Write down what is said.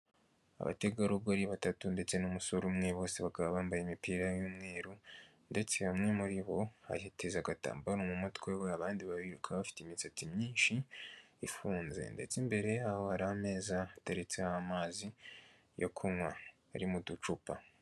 Abategarugori batatu ndetse n'umusore umwe bose bakaba bambaye imipira y'umweru, ndetse umwe muri bo yiteza agatambaro mu mutwe we, abandi babiri bakaba bafite imisatsi myinshi ifunze, ndetse imbere y'aho hari ameza hateretse amazi yo kunywa ari mu ducupa.